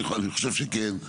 אני חושב שכן,